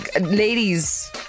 ladies